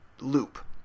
loop